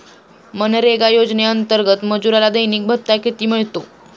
मनरेगा योजनेअंतर्गत मजुराला दैनिक भत्ता किती मिळतो?